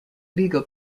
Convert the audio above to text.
legal